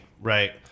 right